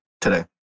today